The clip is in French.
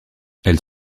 elle